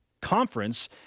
conference –